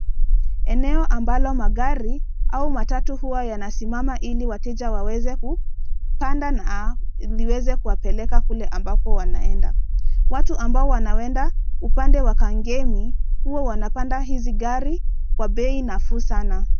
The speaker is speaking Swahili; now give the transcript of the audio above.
Eneo ambalo magari au matatu huwa yanasimama ili wateja waweze kupanda na liweze kuwapeleka kule ambako wanaenda. Watu ambao wanaenda upande wa Kangemi huwa wanapanda hizi gari kwa bei nafuu sana.